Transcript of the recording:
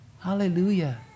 hallelujah